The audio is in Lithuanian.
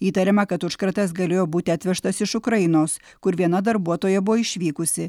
įtariama kad užkratas galėjo būti atvežtas iš ukrainos kur viena darbuotoja buvo išvykusi